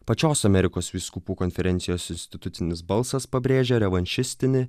pačios amerikos vyskupų konferencijos institucinis balsas pabrėžia revanšistinį